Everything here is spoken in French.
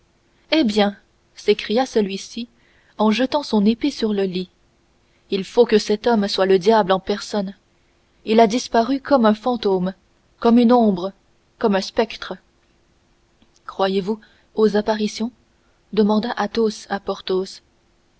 eh bien s'écria celui-ci en jetant son épée sur le lit il faut que cet homme soit le diable en personne il a disparu comme un fantôme comme une ombre comme un spectre croyez-vous aux apparitions demanda athos à